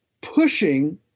pushing